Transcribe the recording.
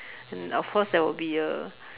and of course there will be a